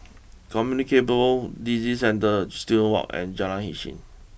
Communicable Disease Centre Student walk and Jalan Isnin